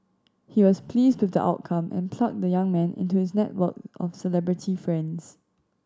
he was pleased with the outcome and plugged the young man into his network of celebrity friends